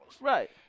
Right